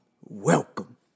Welcome